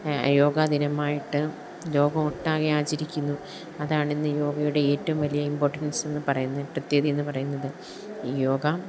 യോഗ ദിനമായിട്ട് ലോകം ഒട്ടാകെ ആചരിക്കുന്നു അതാണിന്ന് യോഗയുടെ ഏറ്റവും വലിയ ഇമ്പോർട്ടൻസെന്ന് പറയുന്നത് പ്രതേകതയെന്ന് പറയുന്നത് യോഗ